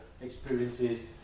experiences